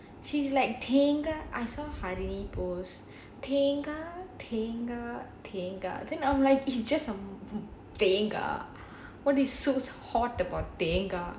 it seems ya she's like thenga hardly posts thenga thenga thenga tengaa< tengaa then I'm like it's just a meme thenga [what] is so hot about thenga